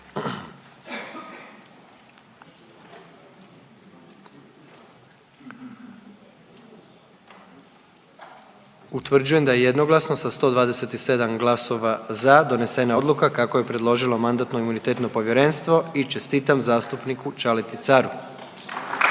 Utvrđujem da je jednoglasno sa 127 glasova za donesena odluka kako ju je predložilo MIP i čestitam zastupniku Ćaleti Caru